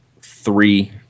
three